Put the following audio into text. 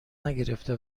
نگرفته